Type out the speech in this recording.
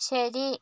ശരി